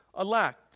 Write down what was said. elect